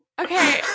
Okay